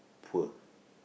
poor